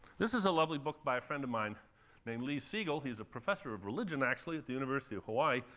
this is a lovely book by a friend of mine named lee siegel, who's a professor of religion, actually, at the university of hawaii,